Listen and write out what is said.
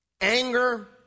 Anger